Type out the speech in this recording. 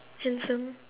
handsome